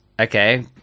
Okay